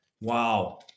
Wow